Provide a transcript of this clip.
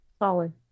Solid